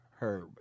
Herb